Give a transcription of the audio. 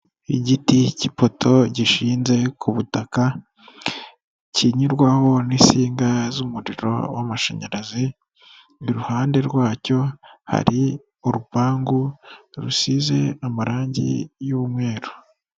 Igiti cy'ipoto gishinze ku butaka kinyurwaho n'insinga z'umuriro w'amashanyarazi iruhande rwacyo hari urupangu rusize amarangi y'umweru.